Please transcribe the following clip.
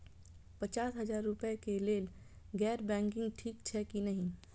पचास हजार रुपए के लेल गैर बैंकिंग ठिक छै कि नहिं?